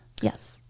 yes